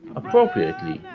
appropriately,